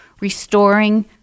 restoring